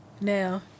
Now